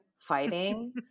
fighting